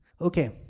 okay